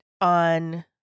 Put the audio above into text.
on